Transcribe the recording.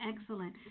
excellent